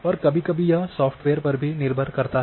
और यह कभी कभी सॉफ़्टवेयर पर भी निर्भर करता है